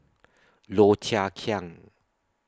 Low Thia Khiang